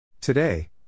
Today